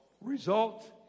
Result